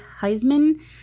Heisman